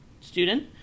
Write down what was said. student